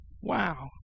Wow